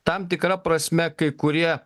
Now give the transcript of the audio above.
tam tikra prasme kai kurie